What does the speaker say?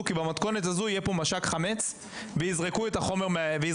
כי במתכונת הזו יהיה פה מש"ק חמץ ויזרקו את החומר מהתיק,